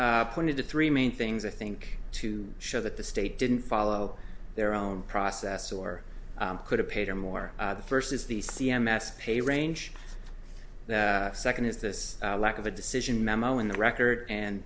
they've pointed to three main things i think to show that the state didn't follow their own process or could have paid or more the first is the c m s pay range the second is this lack of a decision memo in the record and